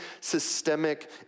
systemic